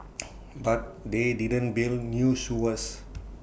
but they didn't build new sewers